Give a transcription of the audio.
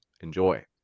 enjoy